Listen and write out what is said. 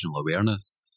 awareness